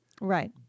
right